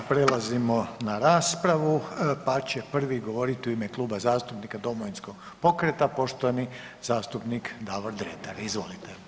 Ne, Prelazimo na raspravu, pa će prvi govoriti u ime Kluba zastupnika Domovinskog pokreta poštovani zastupnik Davor Dretar, izvolite.